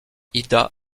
ida